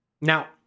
Now